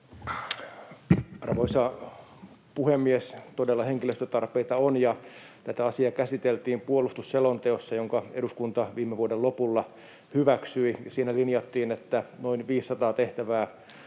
Arvoisa puhemies! Todella henkilöstötarpeita on, ja tätä asiaa käsiteltiin puolustusselonteossa, jonka eduskunta viime vuoden lopulla hyväksyi. Siinä linjattiin, että noin 500 uutta